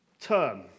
term